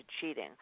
cheating